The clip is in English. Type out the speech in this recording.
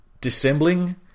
dissembling